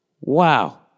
Wow